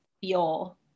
feel